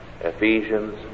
Ephesians